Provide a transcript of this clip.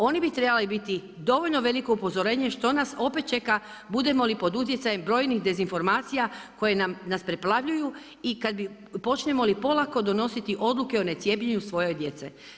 Oni bi trebali biti dovoljno veliko upozorenje što nas opet čeka budemo li pod utjecajem brojnih dezinformacija koje nas preplavljuju i počnemo li polako donositi odluke o necijepljenju svoje djece.